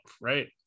right